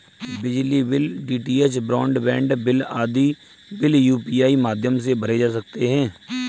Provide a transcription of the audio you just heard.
बिजली bill, DTH broadband bill आदि bill UPI माध्यम से भरे जा सकते हैं